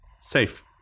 safe